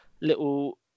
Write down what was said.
little